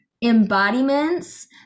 embodiments